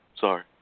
Sorry